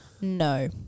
No